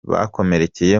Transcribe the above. bakomerekeye